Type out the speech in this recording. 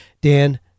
Dan